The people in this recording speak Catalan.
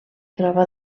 troba